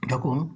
যখন